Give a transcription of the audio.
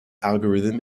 algorithm